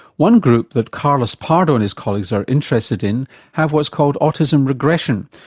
one group that carlos pardo and his colleagues are interested in have what's called autism regression,